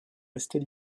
restée